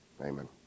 Amen